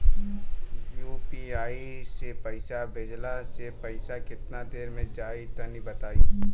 UPI से पईसा भेजलाऽ से पईसा केतना देर मे जाई तनि बताई?